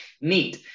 neat